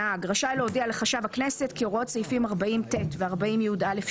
הנהג רשאי להודיע לחשב הכנסת כי הוראות סעיפים 40(ט) ו-40(יא)(2)